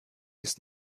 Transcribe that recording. ist